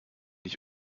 ich